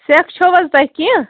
سٮ۪کھ چھَو حظ تۄہہِ کیٚنٛہہ